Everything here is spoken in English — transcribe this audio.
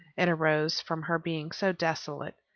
it arose from her being so desolate.